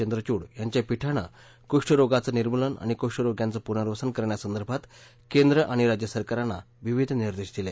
चंद्रचूड यांच्या पीठानं कुष्ठरोगाचं निर्मूलन आणि कुष्ठरोग्यांचं पुनर्वसन करण्यासंदर्भात केंद्र आणि राज्य सरकारांना विविध निर्देश दिले